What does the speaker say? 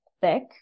thick